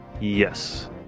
Yes